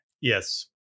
Yes